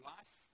Life